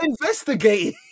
investigate